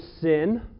sin